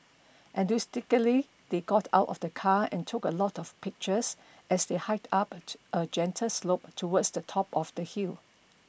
enthusiastically they got out of the car and took a lot of pictures as they hiked up a gentle slope towards the top of the hill